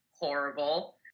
horrible